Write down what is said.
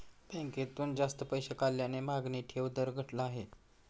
बँकेतून जास्त पैसे काढल्याने मागणी ठेव दर घटला आहे